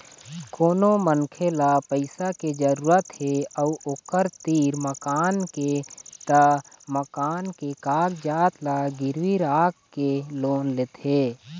कोनो मनखे ल पइसा के जरूरत हे अउ ओखर तीर मकान के त मकान के कागजात ल गिरवी राखके लोन लेथे